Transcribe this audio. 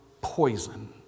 poison